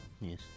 Yes